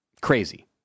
Crazy